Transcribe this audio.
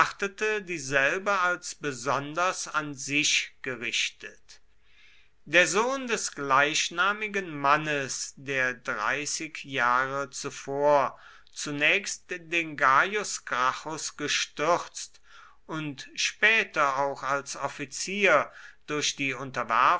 dieselbe als besonders an sich gerichtet der sohn des gleichnamigen mannes der dreißig jahre zuvor zunächst den gaius gracchus gestürzt und später auch als offizier durch die